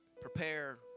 prepare